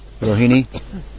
Rohini